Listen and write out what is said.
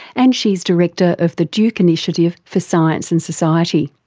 and she's director of the duke initiative for science and society.